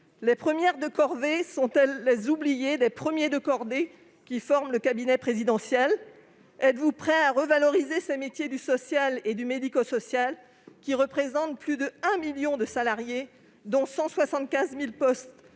les premières de corvée sont-elles les oubliées des premiers de cordée qui forment le cabinet présidentiel ? Êtes-vous prêt à revaloriser les métiers du social et du médico-social, qui représentent plus de 1 million de salariés, dont 175 000 postes